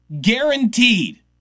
guaranteed